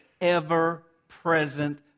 ever-present